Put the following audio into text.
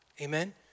Amen